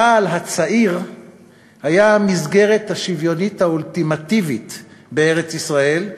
צה"ל הצעיר היה המסגרת השוויונית האולטימטיבית בארץ-ישראל,